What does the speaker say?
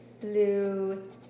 Blue